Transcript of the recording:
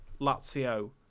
Lazio